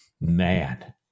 Man